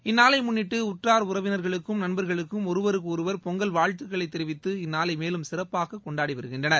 இந்நாளை முன்னிட்டு உற்றார் உறவினர்களுக்கும் நண்பர்களுக்கும் ஒருவருக்கொருவர் பொங்கல் வாழ்த்துக்களை தெரிவித்து இந்நாளை மேலும் சிறப்பாக கொண்டாடுகிறா்கள்